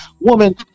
Woman